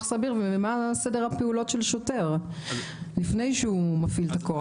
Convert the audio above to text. סביר ומה סדר הפעולות של שוטר לפני שהוא מפעיל את הכוח.